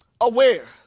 aware